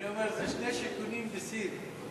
אני אומר, זה שני שיכונים בסין.